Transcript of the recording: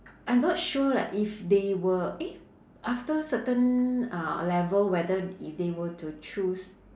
I'm not sure leh if they were eh after certain uh level whether if they were to choose